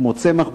כמו צמח,